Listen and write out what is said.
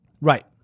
Right